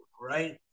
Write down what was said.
right